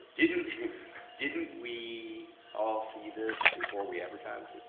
didn't didn't we all see this before we advertised